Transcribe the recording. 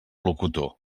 locutor